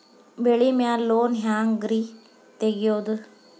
ಬೆಳಿ ಮ್ಯಾಲೆ ಲೋನ್ ಹ್ಯಾಂಗ್ ರಿ ತೆಗಿಯೋದ?